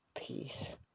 Peace